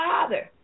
Father